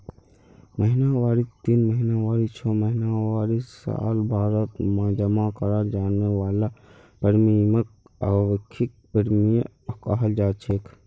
महिनावारी तीन महीनावारी छो महीनावारी सालभरत जमा कराल जाने वाला प्रीमियमक अवधिख प्रीमियम कहलाछेक